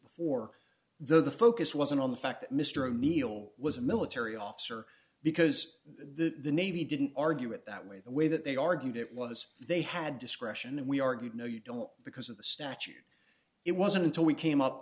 before the focus wasn't on the fact that mr o'neill was a military officer because the navy didn't argue it that way the way that they argued it was they had discretion and we argued no you don't because of the statute it wasn't until we came up